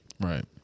Right